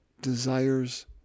desires